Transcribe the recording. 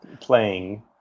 playing